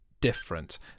different